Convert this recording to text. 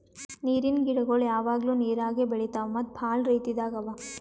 ನೀರಿನ್ ಗಿಡಗೊಳ್ ಯಾವಾಗ್ಲೂ ನೀರಾಗೆ ಬೆಳಿತಾವ್ ಮತ್ತ್ ಭಾಳ ರೀತಿದಾಗ್ ಅವಾ